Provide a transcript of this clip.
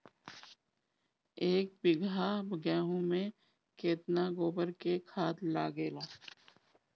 एक बीगहा गेहूं में केतना गोबर के खाद लागेला?